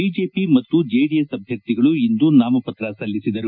BJP ಮತ್ತು JDS ಅಭ್ಯರ್ಥಿಗಳು ಇಂದು ನಾಮಪತ್ರ ಸಲ್ಲಿಸಿದರು